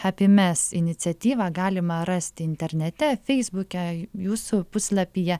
hapimes iniciatyvą galima rasti internete feisbuke jūsų puslapyje